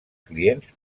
clients